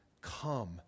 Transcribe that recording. come